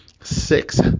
six